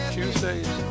Tuesdays